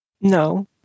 No